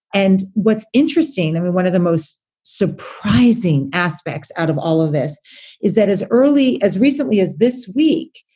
and what's interesting, i mean, one of the most surprising aspects out of all of this is that as early as recently as this week,